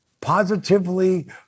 positively